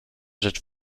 rzecz